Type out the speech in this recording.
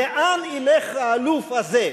לאן ילך האלוף הזה,